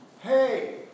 Hey